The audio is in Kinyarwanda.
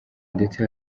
ndetse